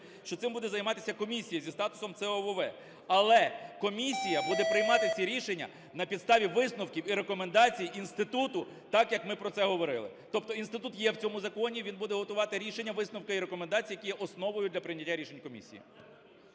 що цим буде займатися комісія зі статусом ЦОВВ. Але комісія буде приймати ці рішення на підставі висновків і рекомендацій інституту, так, як ми про це говорили. Тобто інститут є в цьому законі, він буде готувати рішення, висновки і рекомендації, які є основою для прийняття рішень комісією.